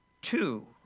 two